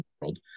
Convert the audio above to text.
world